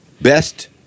Best